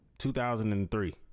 2003